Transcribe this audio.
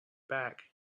back